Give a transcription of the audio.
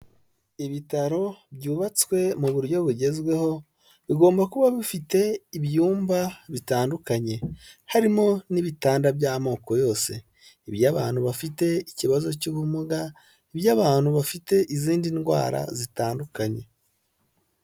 Ibitaro byubatswe mu buryo bugezweho bigomba kuba bifite ibyumba bitandukanye harimo n'ibitanda by'amoko yose ibya bantu bafite ikibazo cy'ubumuga, ibya bantu bafite izindi ndwara zitandukanye.